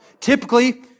Typically